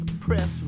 press